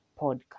podcast